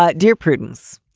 but dear prudence.